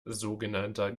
sogenannter